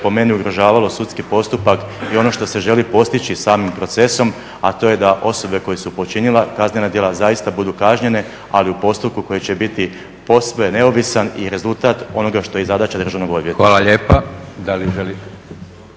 po meni ugrožavalo sudski postupak i ono što se želi postići samim procesom, a to je da osobe koje su počinile kaznena djela zaista budu kažnjene, ali u postupku koji će biti posve neovisan i rezultat onoga što je i zadaća Državnog odvjetništva. **Leko,